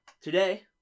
Today